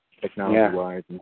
technology-wise